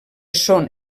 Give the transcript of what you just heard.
són